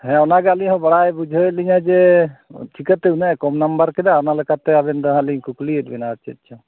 ᱚᱱᱟᱜᱮ ᱟᱹᱞᱤᱧ ᱦᱚ ᱵᱟᱲᱟᱭ ᱵᱩᱡᱷᱟᱹᱣ ᱞᱤᱧᱟᱹ ᱡᱮ ᱪᱤᱠᱟᱹᱛᱮ ᱩᱱᱟᱜᱮ ᱠᱚᱢ ᱱᱟᱢᱵᱟᱨ ᱠᱮᱫᱟ ᱚᱱᱟ ᱞᱮᱠᱟᱛᱮ ᱟᱵᱮᱱ ᱜᱮ ᱦᱟᱜ ᱞᱤᱧ ᱠᱩᱠᱞᱤ ᱮᱫ ᱵᱮᱱᱟ